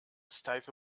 steife